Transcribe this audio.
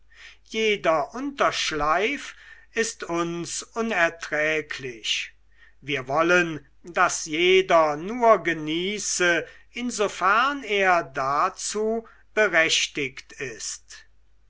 jeder unterschleif ist uns unerträglich wir wollen daß jeder nur genieße insofern er dazu berechtigt ist